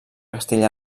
castella